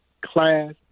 class